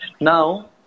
Now